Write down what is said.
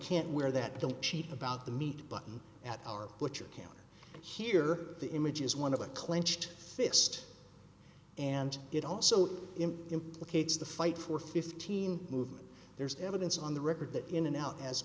can't wear that don't cheat about the meat button at our what you can hear the image is one of a clenched fist and it also implicates the fight for fifteen movement there's evidence on the record that in and out as